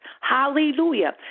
Hallelujah